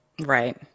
Right